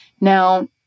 now